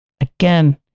again